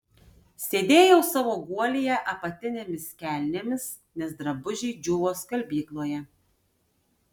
sėdėjau savo guolyje apatinėmis kelnėmis nes drabužiai džiūvo skalbykloje